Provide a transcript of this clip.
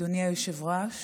אדוני היושב-ראש,